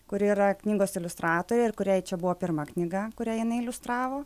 kuri yra knygos iliustratorė ir kuriai čia buvo pirma knyga kurią jinai iliustravo